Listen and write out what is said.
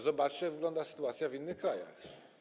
Zobaczcie, jak wygląda sytuacja w innych krajach.